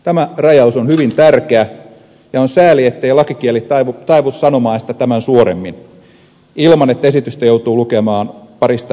tämä rajaus on hyvin tärkeä ja on sääli ettei lakikieli taivu sanomaan sitä tämän suoremmin ilman että esitystä joutuu lukemaan parista eri kohtaa